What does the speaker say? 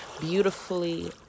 beautifully